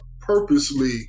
purposely